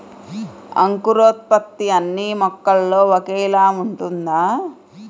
అంకురోత్పత్తి అన్నీ మొక్కల్లో ఒకేలా ఉంటుందా?